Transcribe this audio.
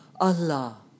Allah